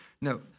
No